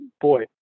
boy